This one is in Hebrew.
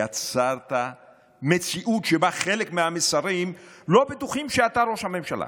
יצרת מציאות שבה חלק מהשרים לא בטוחים שאתה ראש הממשלה.